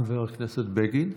חבר הכנסת בגין,